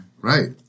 Right